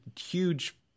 huge